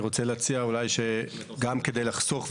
אני רוצה להציע אולי שגם כדי לחסוך,